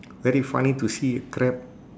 very funny to see crab